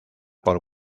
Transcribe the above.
por